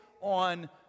on